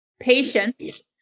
Patience